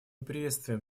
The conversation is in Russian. приветствуем